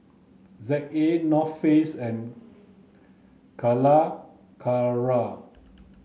Z A North Face and Calacara